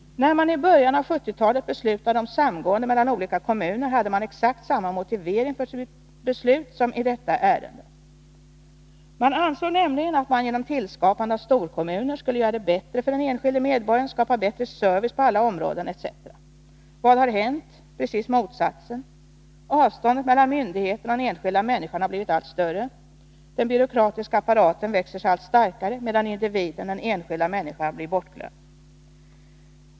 När man i början av sjuttiotalet beslutade om samgående mellan olika kommuner, hade man exakt samma motivering för sitt beslut som i detta ärende. Man ansåg nämligen, att man genom tillskapande av storkommuner skulle göra det bättre för den enskilde medborgaren, skapa bättre service på alla områden, etc. Vad har hänt? Precis motsatsen! Avståndet mellan myndigheterna och den enskilda människan har blivit allt större. Den byråkratiska apparaten växer sig allt starkare, medan individen — den enskilda människan — blir bortglömd.